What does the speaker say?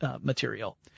material